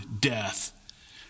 death